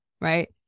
Right